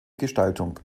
gestaltung